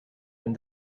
been